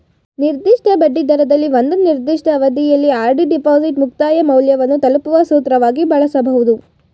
ನಿರ್ದಿಷ್ಟ ಬಡ್ಡಿದರದಲ್ಲಿ ಒಂದು ನಿರ್ದಿಷ್ಟ ಅವಧಿಯಲ್ಲಿ ಆರ್.ಡಿ ಡಿಪಾಸಿಟ್ ಮುಕ್ತಾಯ ಮೌಲ್ಯವನ್ನು ತಲುಪುವ ಸೂತ್ರವಾಗಿ ಬಳಸಬಹುದು